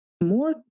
more